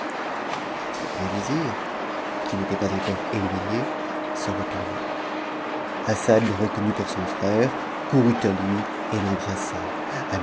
le grand vizir qui n'était pas encore éloigné se retourna assad le reconnut pour son frère courut à lui et l'embrassa